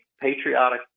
patriotic